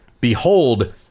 behold